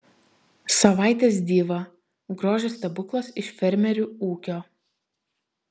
savaitės diva grožio stebuklas iš fermerių ūkio